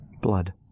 Blood